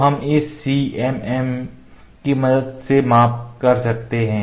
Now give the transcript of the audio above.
तो हम इस सीएमएम की मदद से माप सकते हैं